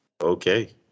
Okay